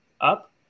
up